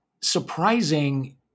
Surprising